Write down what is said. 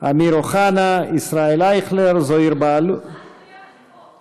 אמיר אוחנה, ישראל אייכלר, זוהיר בהלול, אני פה.